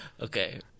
Okay